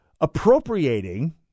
appropriating